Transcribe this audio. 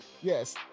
Yes